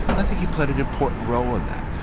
i think he played an important role in that.